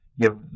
give